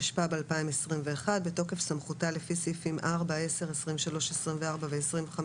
התשפ"ב-2021 בתוקף סמכותה לפי סעיפים 24,23,10,4 ו-25